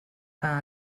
que